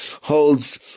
holds